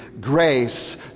Grace